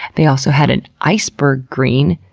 they also had an iceberg green,